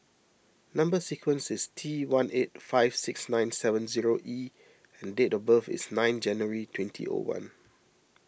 Number Sequence is T one eight five six nine seven zero E and date of birth is nine January twenty O one